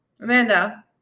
amanda